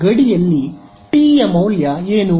ಆದ್ದರಿಂದ ಗಡಿಯಲ್ಲಿ ಟಿ ಯ ಮೌಲ್ಯ ಏನು